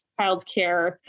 childcare